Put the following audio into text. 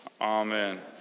Amen